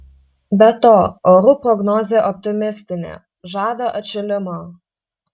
be to orų prognozė optimistinė žada atšilimą